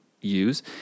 use